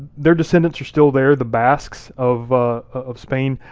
their descendants are still there, the basques of of spain.